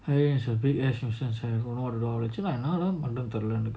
I it's a big assumptions என்னதான்பண்ணறதுனுதெரில:ennatha pannaradhunu theriyala